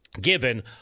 Given